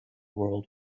world